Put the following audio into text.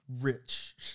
rich